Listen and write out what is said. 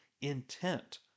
intent